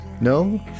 No